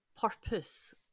purpose